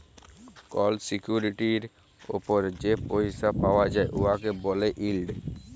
call সিকিউরিটির উপর যে পইসা পাউয়া যায় উয়াকে ব্যলে ইল্ড